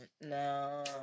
no